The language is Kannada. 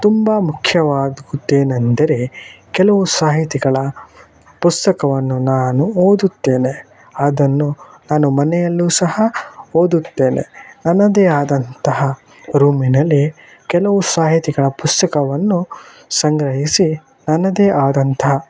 ತುಂಬ ಮುಖ್ಯವಾದದ್ದೇನೆಂದರೆ ಕೆಲವು ಸಾಹಿತಿಗಳ ಪುಸ್ತಕವನ್ನು ನಾನು ಓದುತ್ತೇನೆ ಅದನ್ನು ನಾನು ಮನೆಯಲ್ಲೂ ಸಹ ಓದುತ್ತೇನೆ ನನ್ನದೇ ಆದಂತಹ ರೂಮಿನಲ್ಲಿ ಕೆಲವು ಸಾಹಿತಿಗಳ ಪುಸ್ತಕವನ್ನು ಸಂಗ್ರಹಿಸಿ ನನ್ನದೇ ಆದಂಥ